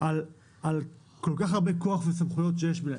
על כל כך הרבה כוח וסמכויות שיש בידיהם.